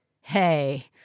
Hey